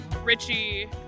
Richie